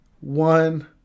one